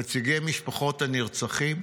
נציגי משפחות הנרצחים.